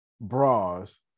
bras